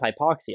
hypoxia